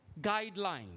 guidelines